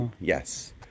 yes